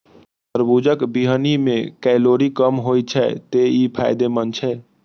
तरबूजक बीहनि मे कैलोरी कम होइ छै, तें ई फायदेमंद छै